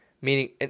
meaning